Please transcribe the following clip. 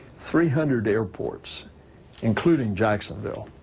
three hundred airports including jacksonville